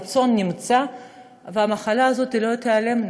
הרצון נמצא והמחלה הזאת לא תיעלם,